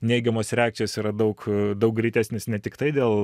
neigiamos reakcijos yra daug daug greitesnės ne tiktai dėl